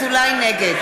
נגד